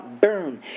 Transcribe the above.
burn